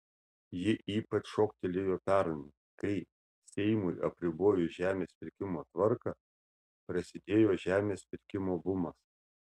ji ypač šoktelėjo pernai kai seimui apribojus žemės pirkimo tvarką prasidėjo žemės pirkimo bumas